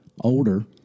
older